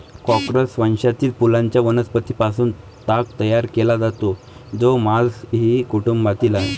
Corchorus वंशातील फुलांच्या वनस्पतीं पासून ताग तयार केला जातो, जो माल्व्हेसी कुटुंबातील आहे